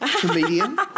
Comedian